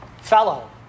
fellow